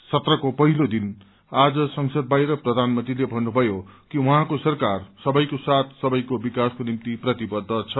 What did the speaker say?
सत्रको पहिलो दिन आज संसद बाहिर प्रधानमन्त्रीले भन्नुभयो कि उहाँको सरकार सबैको साथ सबैको विकासको निम्ति प्रतिबद्ध छ